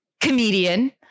comedian